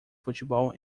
futebol